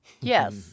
Yes